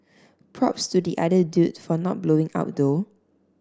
props to the other dude for not blowing up though